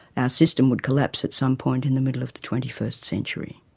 our system would collapse at some point in the middle of the twenty first century.